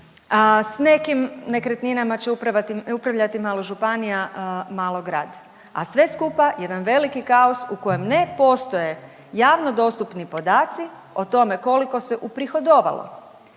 s nekim nekretninama će upravljati malo županija, malo grad a sve skupa jedan veliki kaos u kojem ne postoje javno dostupni podaci o tome koliko se uprihodovalo,